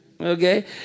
Okay